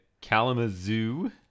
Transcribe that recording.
Kalamazoo